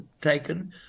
taken